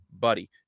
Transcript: buddy